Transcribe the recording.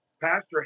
Pastor